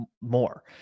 more